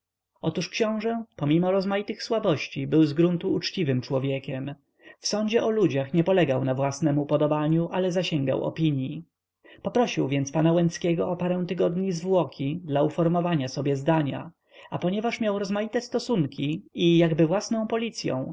otóż książe pomimo rozmaitych słabości był z gruntu uczciwym człowiekiem w sądzie o ludziach nie polegał na własnem upodobaniu ale zasięgał opinii poprosił więc pana łęckiego o parę tygodni zwłoki dla uformowania sobie zdania a ponieważ miał rozmaite stosunki i jakby własną policyą